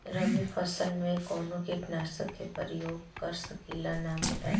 रबी फसल में कवनो कीटनाशक के परयोग कर सकी ला नाम बताईं?